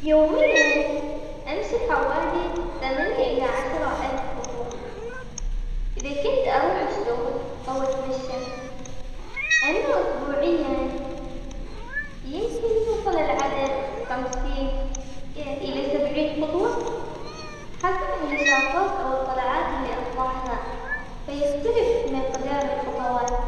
يومياً أمشي حوالي ثمانية إلى عشرة ألف خطوة، إذا كنت أروح الشغل أو أتمشى أما أسبوعياً يمكن يوصل العدد خمسين إلى سبعين ألف خطوة، حسب النشاطات أو الطلعات اللي أطلعها، فيختلف مقدار الخطوات.